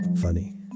Funny